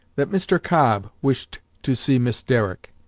that mr. cobb wished to see miss derrick.